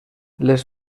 les